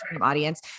audience